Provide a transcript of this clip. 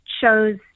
shows